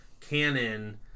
canon